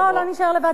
לא, לא נישאר לבד.